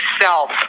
self